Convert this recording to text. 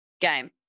game